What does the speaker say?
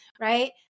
right